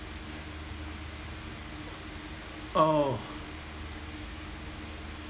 oh